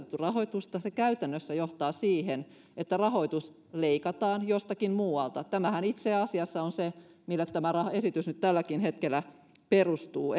rahoitusta se käytännössä johtaa siihen että rahoitus leikataan jostakin muualta tämähän itse asiassa on se mille tämä esitys nyt tälläkin hetkellä perustuu